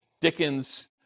Dickens